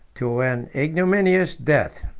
to an ignominious death.